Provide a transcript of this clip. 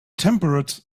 temperate